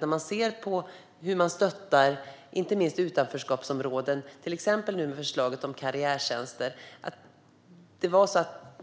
Det handlar inte minst om hur man stöttar utanförskapsområden, till exempel nu med förslaget om karriärtjänster.